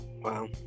Wow